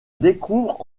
découvre